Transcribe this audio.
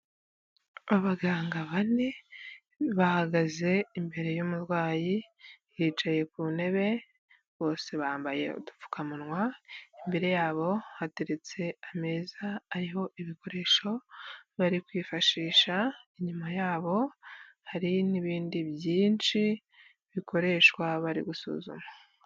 Abaganga bane bahagaze imbere y'umurwayi yicaye ku ntebe bose bambaye udupfukamunwa, imbere yabo hateretse ameza ariho ibikoresho bari kwifashisha, inyuma yabo hari n'ibindi byinshi bikoreshwa bari gusuzuma.